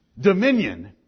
Dominion